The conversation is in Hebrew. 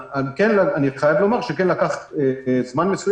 כמה מהן בדיקות